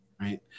right